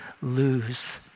lose